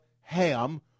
Ham